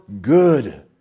good